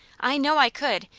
i know i could,